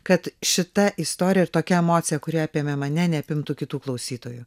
kad šita istorija ir tokia emocija kuri apėmė mane neapimtų kitų klausytojų